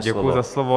Děkuji za slovo.